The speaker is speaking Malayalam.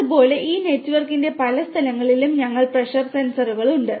അതുപോലെ ഈ നെറ്റ്വർക്കിന്റെ പല സ്ഥലങ്ങളിലും ഞങ്ങൾക്ക് പ്രഷർ സെൻസറുകൾ ഉണ്ട്